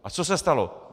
A co se stalo?